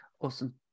awesome